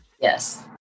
Yes